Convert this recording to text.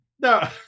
no